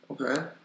Okay